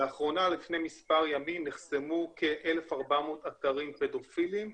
לפני מספר ימים נחסמו כ-1,400 אתרים פדופיליים,